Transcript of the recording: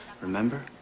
Remember